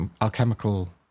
alchemical